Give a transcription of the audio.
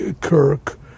Kirk